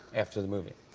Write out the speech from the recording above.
after the movie.